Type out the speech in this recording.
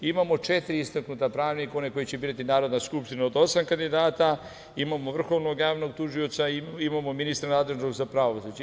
Imamo četiri istaknuta pravnika koje će birati Narodna skupština od osam kandidata, imamo Vrhovnog javnog tužioca i imamo ministra nadležnog za pravosuđe.